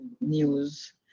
news